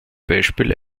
beispiel